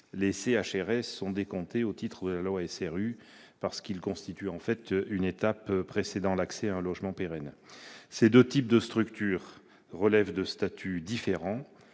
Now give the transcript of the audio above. les CHRS sont décomptés au titre de la loi SRU, car ils constituent une étape préalable à l'accès à un logement pérenne. Ces deux types de structures relèvent de statuts différents.